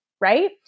Right